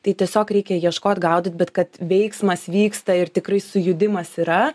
tai tiesiog reikia ieškot gaudyt bet kad veiksmas vyksta ir tikrai sujudimas yra